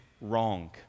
wrong